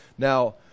Now